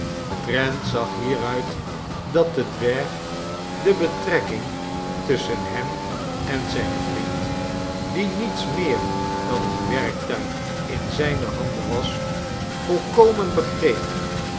trent zag meruit dat de dwerg de betrekking tusschen hem en zijn vriend die niets meer dan een werktuig in zijne handen was volkomen begreep